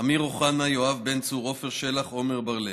אמיר אוחנה, יואב בן צור, עפר שלח ועמר בר-לב,